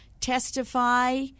testify